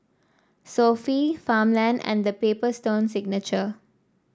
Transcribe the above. Sofy Farmland and The Paper Stone Signature